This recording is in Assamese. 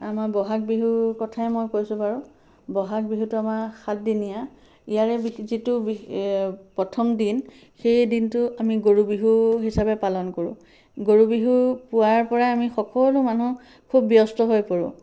আমাৰ বহাগ বিহুৰ কথাই মই কৈছোঁ বাৰু বহাগ বিহুটো আমাৰ সাতদিনীয়া ইয়াৰে বি যিটো প্ৰথম দিন সেই দিনটো আমি গৰু বিহু হিচাপে পালন কৰোঁ গৰু বিহু পুৱাৰে পৰাই আমি সকলো মানুহ খুব ব্যস্ত হৈ পৰোঁ